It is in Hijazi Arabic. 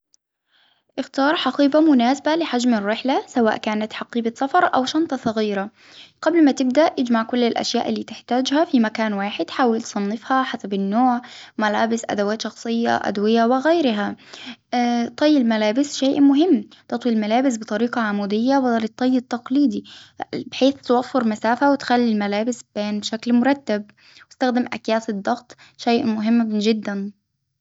أختار حقيبة مناسبة لحجم الرحلة سواء كانت حقيبة سفر أو شنطة صغيرة، قبل ما تبدأ إجمع كل الأشياء اللي تحتاجها في مكان واحد حاول تصنفها حسب النوع ملابس أدوات شخصية ،أدوية وغيرها، طي الملابس شيء مهم تطوي الملابس بطريقة عمودية ولا للطي التقليدي بحيث توفر مسافة وتخلي الملابس تبان شكل مرتب، وإستخدم أكياس الضغط شيء مهم جدا.